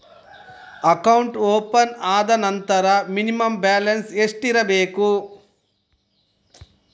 Account open ಆದ ನಂತರ minimum balance ಎಷ್ಟಿರಬೇಕು?